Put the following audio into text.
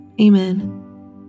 Amen